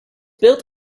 built